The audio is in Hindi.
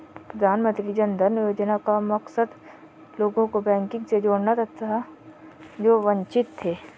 प्रधानमंत्री जन धन योजना का मकसद लोगों को बैंकिंग से जोड़ना था जो वंचित थे